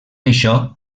això